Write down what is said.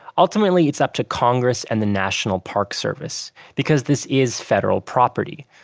ultimately, it's up to congress and the national park service because this is federal property,